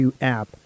app